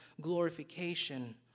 glorification